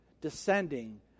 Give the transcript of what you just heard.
descending